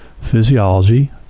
physiology